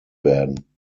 werden